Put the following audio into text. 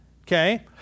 Okay